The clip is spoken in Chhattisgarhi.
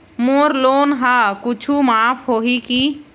मोर लोन हा कुछू माफ होही की?